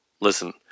listen